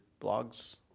blogs